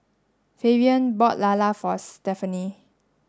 Fabian bought Lala for Stephany